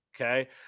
Okay